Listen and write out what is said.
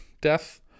death